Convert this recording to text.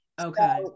Okay